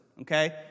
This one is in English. okay